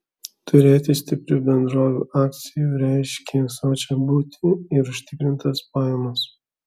turėti stiprių bendrovių akcijų reiškė sočią būtį ir užtikrintas pajamas